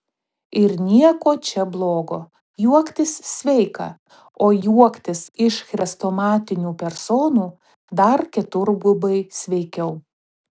ir nieko čia blogo juoktis sveika o juoktis iš chrestomatinių personų dar keturgubai sveikiau